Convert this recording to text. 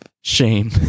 shame